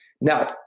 Now